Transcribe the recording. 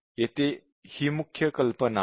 येथे हि मुख्य कल्पना आहे